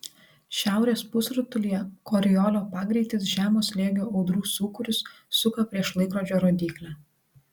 šiaurės pusrutulyje koriolio pagreitis žemo slėgio audrų sūkurius suka prieš laikrodžio rodyklę